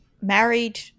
married